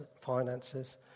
finances